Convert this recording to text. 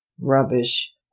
Rubbish